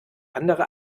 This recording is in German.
andere